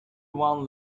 one